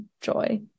joy